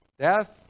death